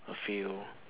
a few